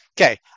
Okay